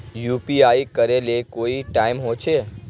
UPI करे ले कोई टाइम होचे?